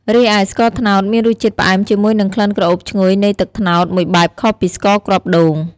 រីឯស្ករត្នោត មានរសជាតិផ្អែមជាមួយនឹងក្លិនក្រអូបឈ្ងុយនៃទឹកត្នោតមួយបែបខុសពីស្ករគ្រាប់ដូង។